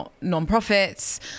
non-profits